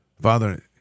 Father